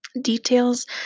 details